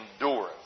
Endurance